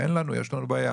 אין לנו, יש לנו בעיה.